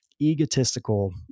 egotistical